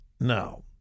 Now